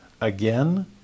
again